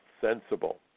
sensible